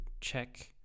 check